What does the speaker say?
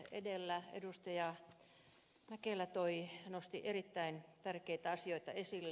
jukka mäkelä nosti erittäin tärkeitä asioita esille